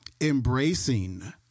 embracing